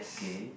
okay